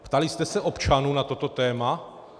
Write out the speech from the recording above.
Ptali jste se občanů na toto téma?